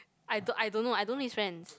I don't I don't know I don't know his friends